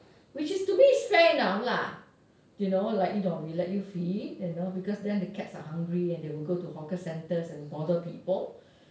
which is to me is fair enough lah you know like we let you feed then you know because then the cats are hungry then they will go to hawker centres and bother people